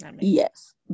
yes